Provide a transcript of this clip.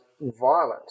violent